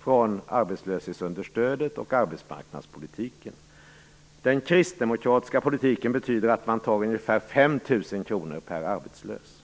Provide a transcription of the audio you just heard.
från arbetslöshetsunderstödet och arbetsmarknadspolitiken, och den kristdemokratiska politiken betyder att man tar ungefär 5 000 kr per arbetslös.